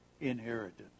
inheritance